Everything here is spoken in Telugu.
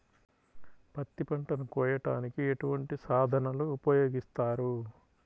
పత్తి పంటను కోయటానికి ఎటువంటి సాధనలు ఉపయోగిస్తారు?